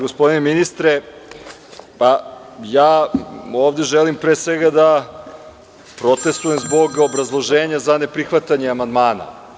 Gospodine ministre, ja ovde želim pre svega da protestujem zbog obrazloženja za neprihvatanje amandmana.